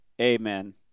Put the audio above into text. amen